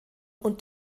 und